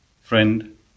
friend